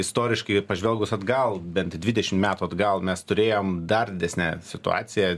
istoriškai pažvelgus atgal bent dvidešim metų atgal mes turėjom dar didesnę situaciją